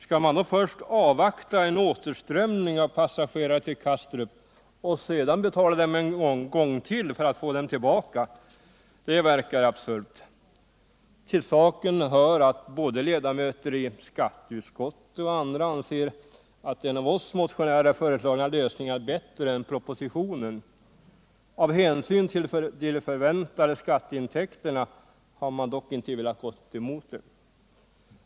Skall man då först avvakta en återströmning av passagerare till Kastrup och sedan betala en gång till för att få dem tillbaka? Det verkar absurt. Till saken hör att både ledamöter i skatteutskottet och andra anser att den av oss motionärer föreslagna lösningen är bättre än propositionens. Av hänsyn till de förväntade skatteintäkterna har man dock inte velat gå emot propositionen.